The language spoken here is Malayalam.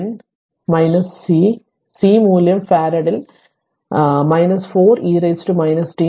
5 10 C C മൂല്യം ഫറാഡ് ൽ 4 e t 1